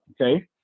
okay